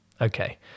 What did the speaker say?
Okay